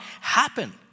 happen